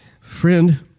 Friend